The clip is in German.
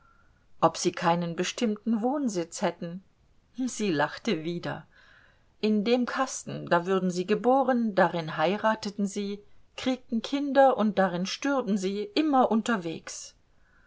ob sie keinen bestimmten wohnsitz hätten sie lachte wieder in dem kasten da würden sie geboren darin heirateten sie kiregten kinder und darin stürben sie immer unterwegs